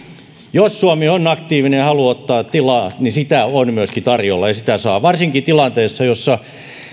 jos suomi on aktiivinen ja haluaa ottaa tilaa sitä on myöskin tarjolla ja sitä saa varsinkin tilanteessa jossa